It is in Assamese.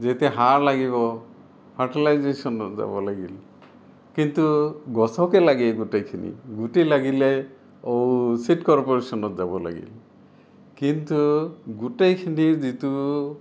যেতিয়া সাৰ লাগিব ফাৰ্টিলাইজেশ্যনত যাব লাগিল কিন্তু গছকে লাগে এই গোটেইখিনি গুটি লাগিলে ও চিড কৰ্পৰেশ্যনত যাব লাগিল কিন্তু গোটেইখিনি যিটো